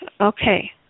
okay